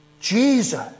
Jesus